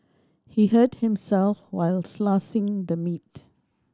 he hurt himself while slicing the meat